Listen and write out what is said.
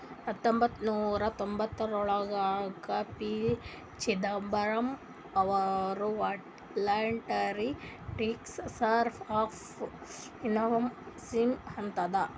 ಹತೊಂಬತ್ತ ನೂರಾ ತೊಂಭತ್ತಯೋಳ್ರಾಗ ಪಿ.ಚಿದಂಬರಂ ಅವರು voluntary disclosure of income scheme ತಂದಾರ